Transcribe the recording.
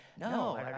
no